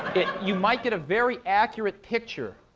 you might get a very accurate picture,